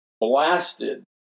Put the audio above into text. blasted